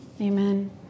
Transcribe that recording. Amen